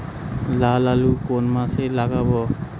লাল আলু কোন মাসে লাগাব?